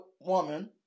woman